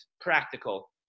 practical